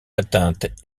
atteinte